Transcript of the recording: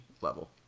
level